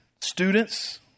Students